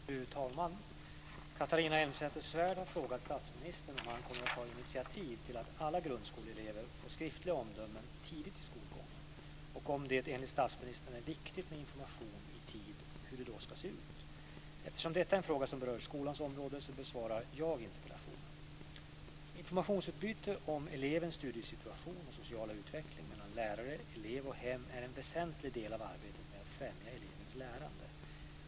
Fru talman! Catharina Elmsäter-Svärd har frågat statsministern om han kommer ta initiativ till att alla grundskoleelever får skriftliga omdömen tidigt i skolgången och, om det enligt statsministern är viktigt med information i tid, hur dessa då ska se ut. Eftersom detta är en fråga som berör skolans område besvarar jag interpellationen. Informationsutbyte om elevens studiesituation och sociala utveckling mellan lärare, elev och hem är en väsentlig del av arbetet med att främja elevens lärande.